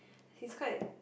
he's quite